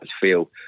feel